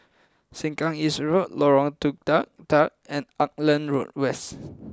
Sengkang East Road Lorong Tukang Dua Dua and Auckland Road West